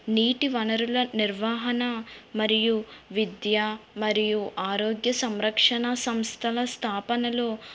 నీటి వనరుల నిర్వహణ మరియు విద్యా మరియు ఆరోగ్య సంరక్షణ సంస్థల స్థాపనలో